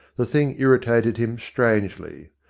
the thing irritated him strangely.